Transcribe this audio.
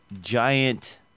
giant